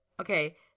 okay